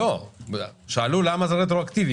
שאלו למה זה רטרואקטיבי.